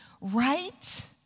right